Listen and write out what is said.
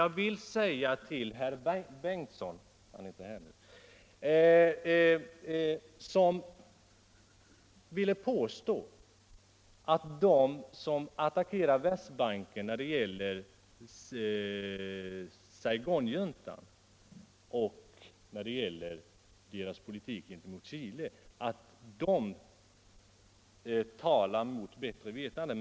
Jag vill bara säga några ord till herr förste vice talmannen Bengtson, som påstår att de som attackerar Världsbanken för dess politik gentemot Saigonjuntan och gentemot Chile talar mot bättre vetande.